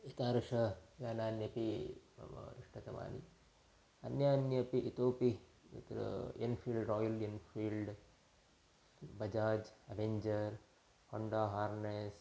एतादृशानि यानान्यपि मम इष्टतमानि अन्यान्यपि इतोऽपि अत्र Enfield Royal Enfield Bajaj Avenger Honda Hornet